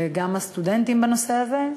גם הסטודנטים בנושא הזה,